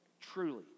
Truly